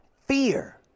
fear